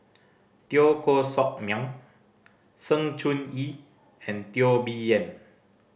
Teo Koh Sock Miang Sng Choon Yee and Teo Bee Yen